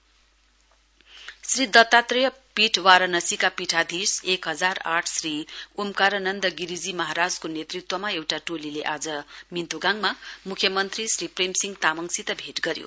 CM meet Shri Dattatreya Peeth वाराणसीका पीठाधीश एक हजार आठ श्री ओम कारनन्द गिरिजी महाराजको नेतृत्वमा एउटा टोलीले आज मिन्तोगाङमा म्ख्यमन्त्री श्री प्रेमसिंह तामङसित भेट गर्नुभयो